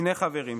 שני חברים,